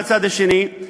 מהצד השני,